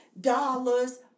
dollars